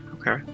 Okay